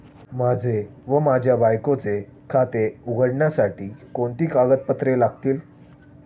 माझे व माझ्या बायकोचे खाते उघडण्यासाठी कोणती कागदपत्रे लागतील?